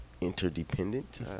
interdependent